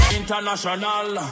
international